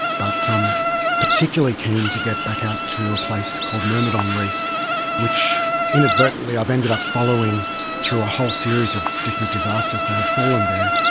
but i'm particularly keen to get back out to a place called myrmidon reef which inadvertently i've ended up following through a whole series of different disasters that have fallen there.